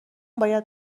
باید